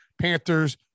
Panthers